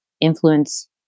influence